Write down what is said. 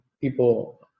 people